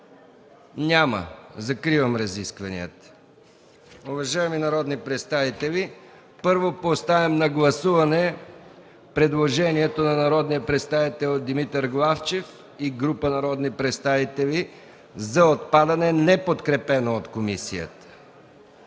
Няма. Закривам разискванията. Уважаеми народни представители, първо поставям на гласуване предложението на народния представител Димитър Главчев и група народни представители за отпадането на члена, неподкрепено от комисията.